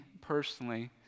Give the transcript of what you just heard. personally